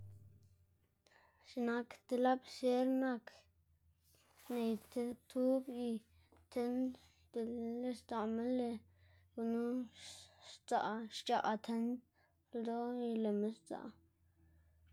x̱iꞌk nak ti lapiser nak ney ti tub y tind dele sdzaꞌma lëꞌ gunu sdzaꞌ xc̲h̲aꞌ tind ldoꞌ y lëꞌma sdzaꞌ.